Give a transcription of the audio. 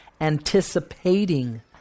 anticipating